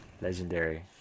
Legendary